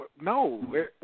no